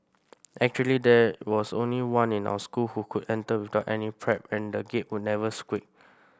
actually there was only one in our school who could enter without any prep and the Gate would never squeak